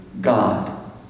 God